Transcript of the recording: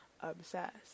obsessed